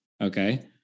okay